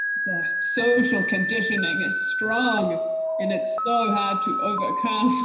the social conditioning is strong and it's so hard to overcome.